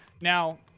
Now